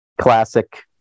classic